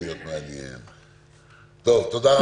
תודה רבה.